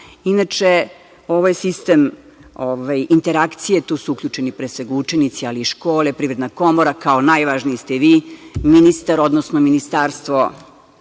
Inače, ovo je sistem interakcije. Tu su uključeni, pre svega, učenici, ali i škole, Privredna komora, kao najvažniji ste vi, ministar, odnosno Ministarstvo